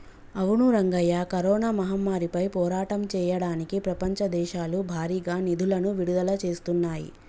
అవును రంగయ్య కరోనా మహమ్మారిపై పోరాటం చేయడానికి ప్రపంచ దేశాలు భారీగా నిధులను విడుదల చేస్తున్నాయి